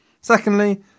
Secondly